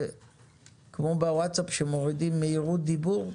וכמו בוואטס-אפ שמורידים מהירות דיבור?